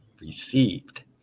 received